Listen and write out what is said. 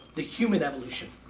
the human evolution.